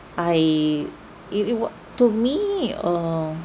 I it it we~ to me err